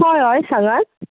हय हय सांगात